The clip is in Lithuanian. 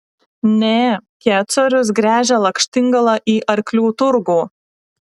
ne kecorius gręžia lakštingalą į arklių turgų